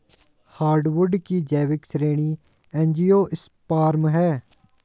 hardwood की जैविक श्रेणी एंजियोस्पर्म है